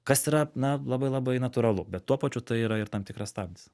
kas yra na labai labai natūralu bet tuo pačiu tai yra ir tam tikras stabdis